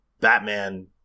Batman